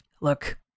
look